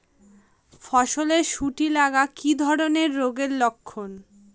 ফসলে শুটি লাগা কি ধরনের রোগের লক্ষণ?